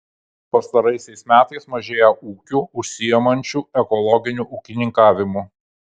pastaraisiais metais mažėja ūkių užsiimančių ekologiniu ūkininkavimu